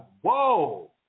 whoa